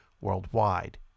worldwide